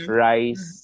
rice